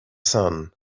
sun